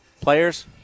players